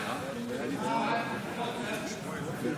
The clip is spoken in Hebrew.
צודק.